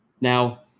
Now